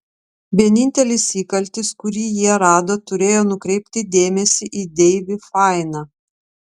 vienintelis įkaltis kurį jie rado turėjo nukreipti dėmesį į deivį fainą